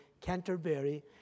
Canterbury